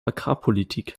agrarpolitik